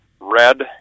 Red